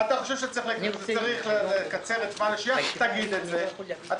אם יפסיקו את זה, זאת תהיה בכייה